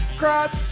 cross